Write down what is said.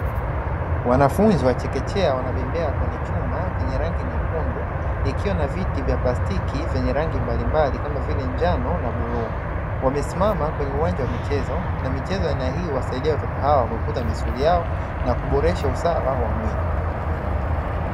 Wanafunzi wa chekechea, wanabembea kwenye vyuma vyenye rangi nyekundu. Ikiwa na viti vya plastiki vyenye rangi ya mbalimbali, kama vile njano na bluu. Wamesimama kwenye uwanja wa michezo, na michezo ya aina hii huwasaidia watoto hao kukuza misuli yao na kuboresha usawa wa mwili.